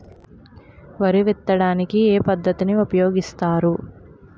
వరి విత్తడానికి ఏ పద్ధతిని ఉపయోగిస్తారు?